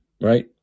Right